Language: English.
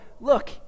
Look